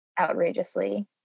outrageously